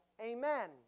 Amen